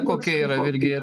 kokia yra virgi